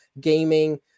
gaming